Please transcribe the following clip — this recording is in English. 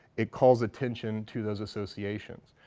it calls attention to those associations.